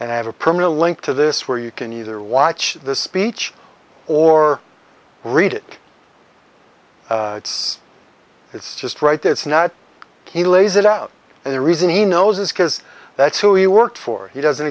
and i have a permit a link to this where you can either watch the speech or read it it's it's just right there it's not he lays it out and the reason he knows is because that's who he worked for he doesn't